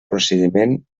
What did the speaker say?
procediment